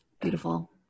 Beautiful